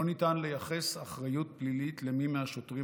לא ניתן לייחס אחריות פלילית למי מהשוטרים